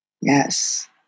Yes